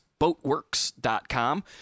boatworks.com